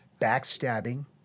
backstabbing